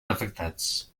afectats